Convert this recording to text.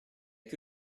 que